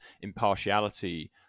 impartiality